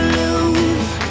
lose